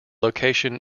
location